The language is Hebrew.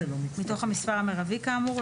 מתוך המספר המרבי כאמור,